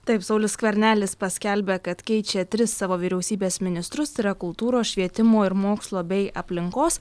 taip saulius skvernelis paskelbė kad keičia tris savo vyriausybės ministrus tai yra kultūros švietimo ir mokslo bei aplinkos